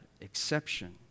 exception